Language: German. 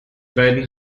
beiden